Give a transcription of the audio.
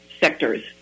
sectors